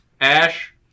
Ash